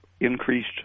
increased